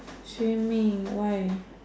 swimming why